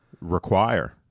Require